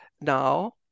now